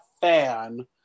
fan